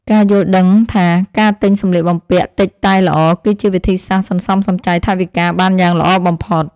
ការយល់ដឹងថាការទិញសម្លៀកបំពាក់តិចតែល្អ គឺជាវិធីសាស្ត្រសន្សំសំចៃថវិកាបានយ៉ាងល្អបំផុត។